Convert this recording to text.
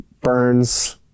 burns